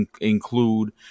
include